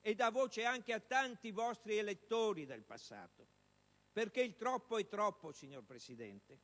e dà voce anche a tanti vostri elettori del passato? Perché il troppo è troppo, signor Presidente.